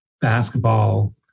basketball